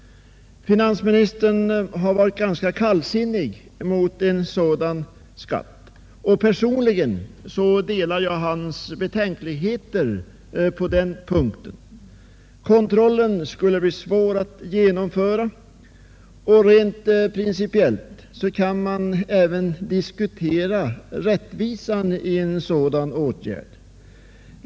Finansministern har varit ganska kallsinnig mot en sådan skatt. Personligen delar jag hans betänkligheter på den punkten. Kontrollen skulle bli svår att genomföra, och rent principiellt kan man även diskutera rättvisan i en sådan åtgärd.